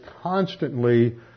constantly